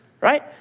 right